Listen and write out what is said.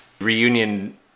reunion